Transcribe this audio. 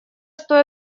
что